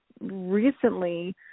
recently